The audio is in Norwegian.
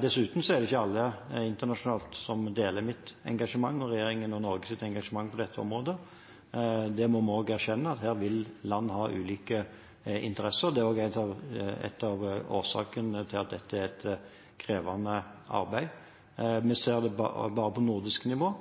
Dessuten er det ikke alle internasjonalt som deler mitt engasjement – og regjeringens og Norges engasjement – på dette området. Vi må erkjenne at her vil land ha ulike interesser, og det er også en av årsakene til at dette er et krevende arbeid. Vi ser det bare på nordisk nivå,